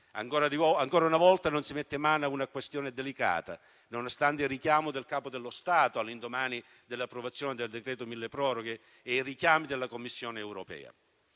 Ancora una volta, non si mette mano a una questione delicata, nonostante il richiamo del Capo dello Stato all'indomani dell'approvazione del decreto milleproroghe e i richiami della Commissione europea.